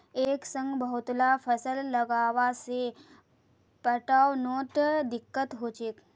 एक संग बहुतला फसल लगावा से पटवनोत दिक्कत ह छेक